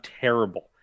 terrible